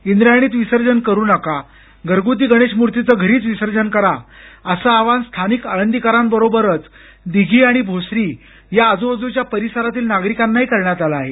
इंद्रायणीत विसर्जन करू नका घरगुती गणेश मूर्तीचं घरीच विसर्जन कराअसं आवाहन स्थानिक आळंदीकरांबरोबरच दिघी आणि भोसरी या आजूबाजूच्या परिसरातील नागरिकांना करण्यात आलं आहे